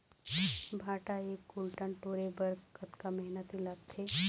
भांटा एक कुन्टल टोरे बर कतका मेहनती लागथे?